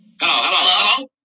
hello